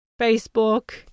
Facebook